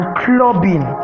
clubbing